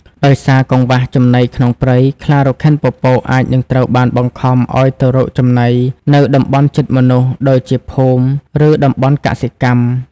ដោយសារកង្វះចំណីក្នុងព្រៃ ខ្លារខិនពពកអាចនឹងត្រូវបាន បង្ខំឲ្យទៅរកចំណីនៅតំបន់ជិតមនុស្ស ដូចជាភូមិ ឬតំបន់កសិកម្ម។